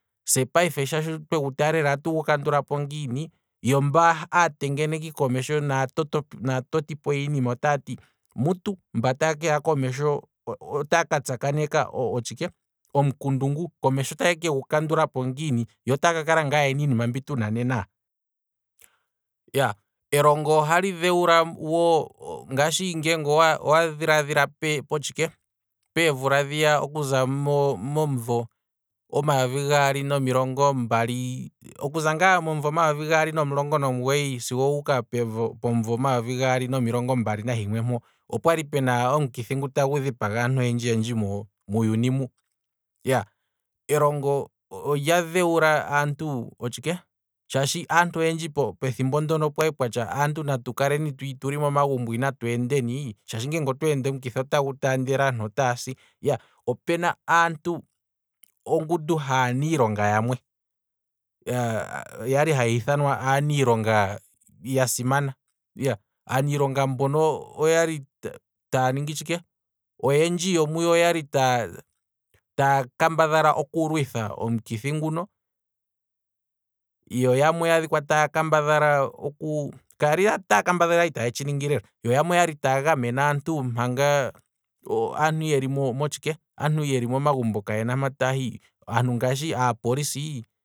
Se payife sho twegu kalela atugu kandulapo ngiini, yo mbano aatengeneki komesho naa to- toti po yiinima otaati mutu mba taye keya komesho otaya ka tsakaneka otshike, omukundu ngu, komesho otaye kegu kandulapo ngiini, yo otaya ka kala ngaa yena iinima mbi tuna nena, iyaaa, elongo ohali dhewula ngaa wo, ngashi ngeenge owa dhilaadhila potshike, peemvula dhiya okuza momumvo omayovi gaali nomilongo mbali, okuza ngaa momumvo omayovi gaali nomulongo nomugoyi sigo owuuka pomumvo omayovi gaali nomilongo mbali nahimwe mpo, opwali pena omukithi ngu tagu dhipaga aantu oyendji muuyuni mu, elongo olya dhewula otshike, shaashi aantu oyendji pethimbo ndono kwali kwatya natu kale tuli momagumbo inatu endeni, shaashi nge otweende omukithi otagu taandele aantu otaasi, iyaa opena aantu, ongundu haa niilonga yamwe, yali haya ithanwa aanilonga yasimana, aaniilonga mbono oyali taya ningi tshike, oyendji yomuyo oyali taa- taa kambadhala oku lwitha omukithi nguno, yo yamwe oyaadhika taya kambadhala, ka yali taa kambadhala kwali taa tshiningile, yo yamwe oyali taa gamene aantu yeli motshike, aantu yeli momagumbo kayena mpa taya hi, ngaashi aapolisi